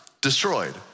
Destroyed